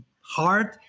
hard